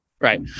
right